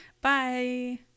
Bye